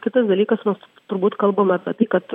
kitas dalykas nors turbūt kalbama apie tai kad